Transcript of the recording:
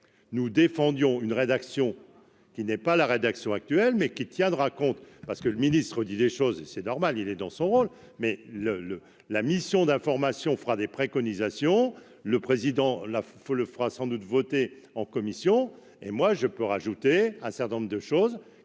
nous défendions une rédaction qui n'est pas la rédaction actuelle mais qui tiendra compte parce que le ministre dit des choses et c'est normal, il est dans son rôle mais le le la mission d'information fera des préconisations, le président là faut le fera sans doute voté en commission et moi je peux rajouter un certain nombre de choses